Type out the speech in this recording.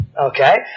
Okay